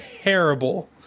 terrible